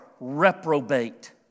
reprobate